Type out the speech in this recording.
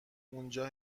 اونجا